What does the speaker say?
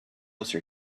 closer